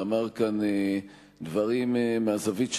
ואמר כאן דברים מהזווית שלו,